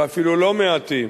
ואפילו לא מעטים,